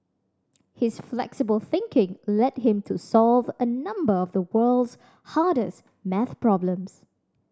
his flexible thinking led him to solve a number of the world's hardest maths problems